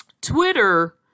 Twitter